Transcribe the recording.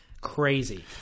Crazy